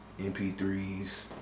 MP3s